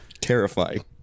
terrifying